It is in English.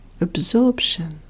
absorption